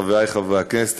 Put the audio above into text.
חברי חברי הכנסת,